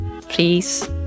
please